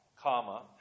comma